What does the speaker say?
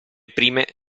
prime